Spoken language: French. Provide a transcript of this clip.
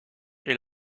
est